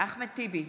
אחמד טיבי,